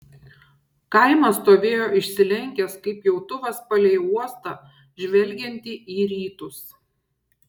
kaimas stovėjo išsilenkęs kaip pjautuvas palei uostą žvelgiantį į rytus